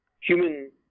human